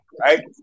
right